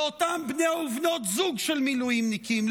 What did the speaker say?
לאותם בני ובנות זוג של מילואימניקים,